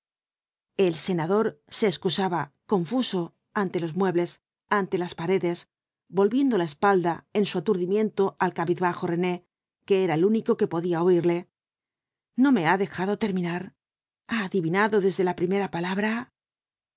el senador se excusaba confuso ante los muebles ante las paredes volviendo la espalda en su aturdimiento al cabizbajo rene que era el único que podía oírle no me ha dejado terminar ha adivinado desde la primera palabra